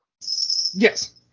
Yes